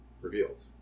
revealed